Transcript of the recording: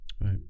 Right